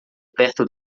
perto